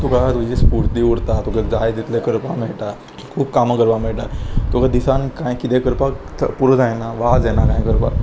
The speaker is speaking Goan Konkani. तुका तुजी स्फुर्ती उरता तुका जाय तितलें करपाक मेळटा खूब कामां करपाक मेळटा तुका दिसान कांय कितें करपाक पुरो जायना वाज येना कांय करपाक